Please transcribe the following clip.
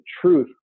truth